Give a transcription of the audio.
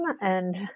and-